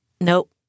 Nope